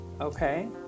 okay